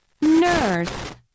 Nurse